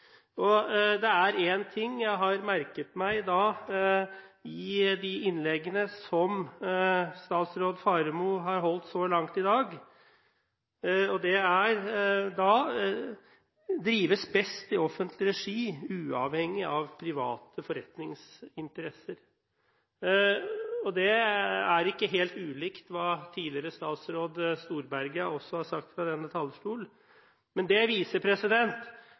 Det er én ting jeg har merket meg i de innleggene som statsråd Faremo har holdt så langt i dag, og det er: drives best i offentlig regi, uavhengig av private forretningsinteresser. Det er ikke helt ulikt det som tidligere statsråd Storberget også har sagt fra denne talerstol. Men det viser